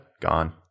gone